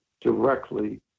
directly